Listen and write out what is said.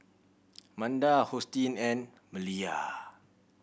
Manda Hosteen and Maleah